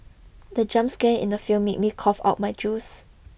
the jump scare in the film made me cough out my juice